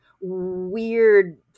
weird